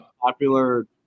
popular –